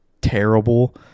terrible